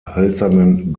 hölzernen